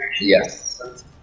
Yes